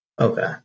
Okay